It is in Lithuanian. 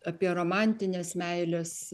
apie romantinės meilės